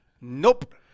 nope